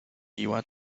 iba